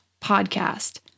podcast